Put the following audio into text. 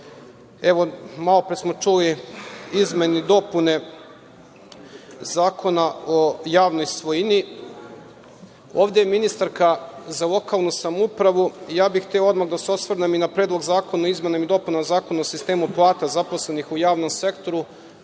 su, malo pre smo čuli, izmene i dopune Zakona o javnoj svojini. Ovde je ministarka za lokalnu samoupravu i hteo bih odmah da se osvrnem i na Predlog zakona o izmenama i dopunama Zakona o sistemu plata zaposlenih u javnom sektoru,